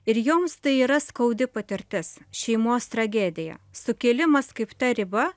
ir joms tai yra skaudi patirtis šeimos tragedija sukėlimas kaip ta riba